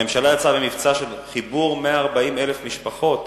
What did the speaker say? המממשלה יצאה במבצע של חיבור 140,000 משפחות